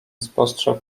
spostrzegł